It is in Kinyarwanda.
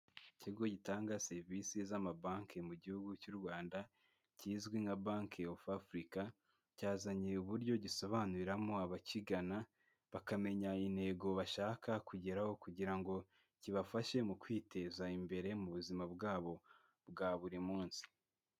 Ikigo gitanga serivisi z'amabanki mu gihugu cy' u Rwanda kizwi nka Banki of Africa, cyazanye uburyo gisobanuriramo abakigana bakamenya intego bashaka kugeraho, kugira ngo kibafashe mu kwiteza imbere mu buzima bwabo bwa buri munsi.